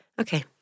Okay